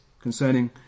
concerning